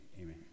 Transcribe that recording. Amen